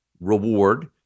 reward